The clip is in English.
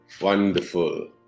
Wonderful